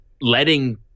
letting